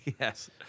Yes